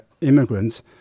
immigrants